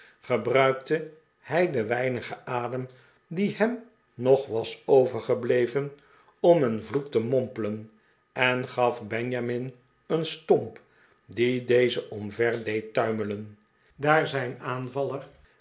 gebruikte hi den weinigen adem die hem nog was overgebleven om een vloek te mompelen en gaf benjamin een stomp die dezen omver deed tuimelen daar zijn aanvaller